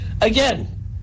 Again